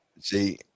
See